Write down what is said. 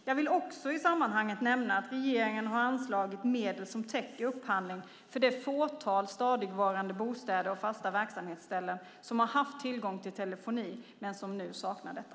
Jag vill också i sammanhanget nämna att regeringen har anslagit medel som täcker upphandling för det fåtal stadigvarande bostäder och fasta verksamhetsställen som har haft tillgång till telefoni men nu saknar detta.